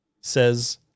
says